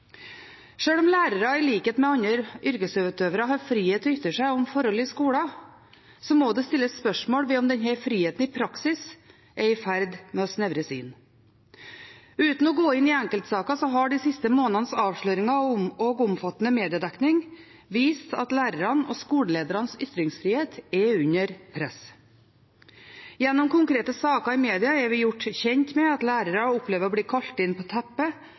Sjøl om lærere i likhet med andre yrkesutøvere har frihet til å ytre seg om forhold i skolen, må det stilles spørsmål ved om denne friheten i praksis er i ferd med å snevres inn. Uten å gå inn i enkeltsaker – de siste månedenes avsløringer og omfattende mediedekning har vist at lærernes og skoleledernes ytringsfrihet er under press. Gjennom konkrete saker i media er vi gjort kjent med at lærere opplever å bli kalt inn på teppet